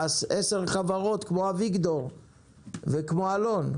ועשר חברות כמו אביגדור וכמו אלון,